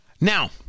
Now